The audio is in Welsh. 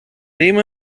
ddim